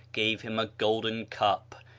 gave him a golden cup,